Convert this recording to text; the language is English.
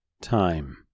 time